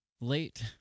late